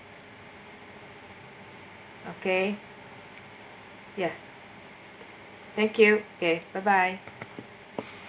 okay ya thank you okay bye bye